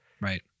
Right